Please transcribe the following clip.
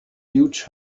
huge